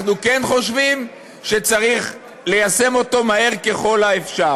אנחנו כן חושבים שצריך ליישם אותו מהר ככל האפשר.